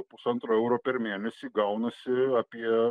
pusantro euro per mėnesį gaunasi apie